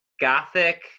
Gothic